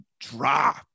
drop